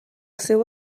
seu